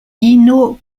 ino